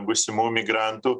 būsimų migrantų